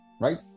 right